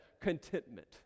contentment